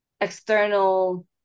external